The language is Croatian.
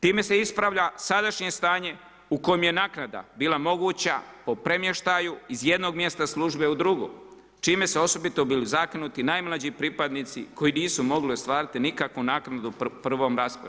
Time se ispravlja i sadašnje stanje u kojem je naknada bila moguća po premještaju iz jednog mjesta službe u drugo, čime su osobito bilo zakinuti najmlađi pripadnici, koji nisu mogli ostvariti nikakvu naknadu u prvom rasporedu.